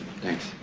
Thanks